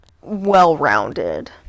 well-rounded